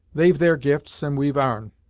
they've their gifts, and we've our'n,